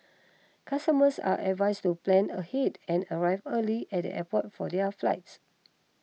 customers are advised to plan ahead and arrive early at the airport for their flights